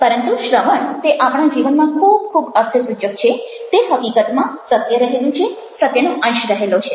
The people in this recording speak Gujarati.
પરંતુ શ્રવણ તે આપણા જીવનમાં ખૂબ ખૂબ અર્થસૂચક છે તે હકીકતમાં સત્ય રહેલું છે સત્યનો અંશ રહેલો છે